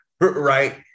right